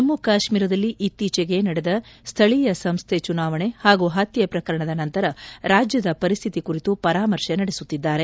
ಜಮ್ನು ಕಾಶ್ಮೀರದಲ್ಲಿ ಇತ್ತೀಚೆಗೆ ನಡೆದ ಸ್ವೀಯ ಸಂಸ್ಥೆ ಚುನಾವಣೆ ಹಾಗೂ ಪತ್ತೆ ಪ್ರಕರಣದ ನಂತರ ರಾಜ್ಯದ ಪರಿಸ್ಹಿತಿ ಕುರಿತು ಪರಾಮರ್ಶೆ ನಡೆಸುತ್ತಿದ್ದಾರೆ